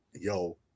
Yo